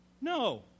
No